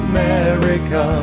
America